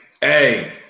hey